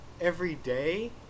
everyday